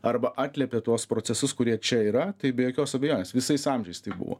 arba atliepia tuos procesus kurie čia yra tai be jokios abejonės visais amžiais tai buvo